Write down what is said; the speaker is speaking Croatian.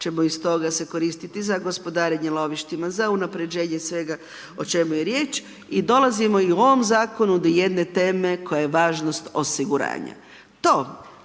ćemo iz toga se koristiti za gospodarenje lovištima, za unapređenje svega o čemu je riječ i dolazimo i u ovom zakonu do jedne teme koja je važnost osiguranja.